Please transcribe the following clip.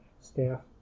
staff